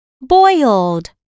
Boiled